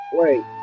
wait